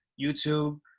YouTube